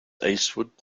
eastward